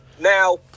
Now